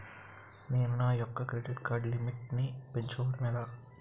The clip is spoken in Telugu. నేను నా యెక్క క్రెడిట్ కార్డ్ లిమిట్ నీ పెంచుకోవడం ఎలా?